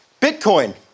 Bitcoin